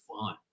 fun